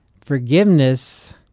Forgiveness